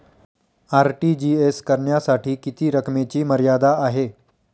RTGS करण्यासाठी किती रकमेची मर्यादा आहे?